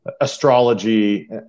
astrology